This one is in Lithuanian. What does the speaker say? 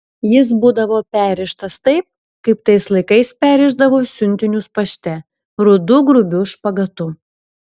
jis būdavo perrištas taip kaip tais laikais perrišdavo siuntinius pašte rudu grubiu špagatu